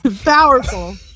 Powerful